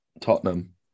Tottenham